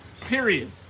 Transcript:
period